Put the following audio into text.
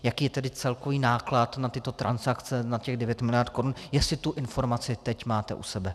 Jaký je tedy celkový náklad na tyto transakce, na těch 9 miliard korun, jestli tu informaci máte teď u sebe.